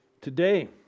Today